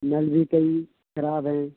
نل بھی کئی خراب ہیں